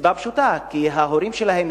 מסיבה פשוטה: כי ההורים שלהם,